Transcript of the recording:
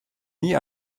nie